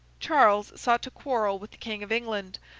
charles sought to quarrel with the king of england,